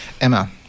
Emma